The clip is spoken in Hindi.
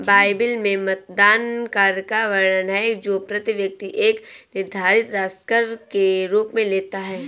बाइबिल में मतदान कर का वर्णन है जो प्रति व्यक्ति एक निर्धारित राशि कर के रूप में लेता है